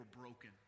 broken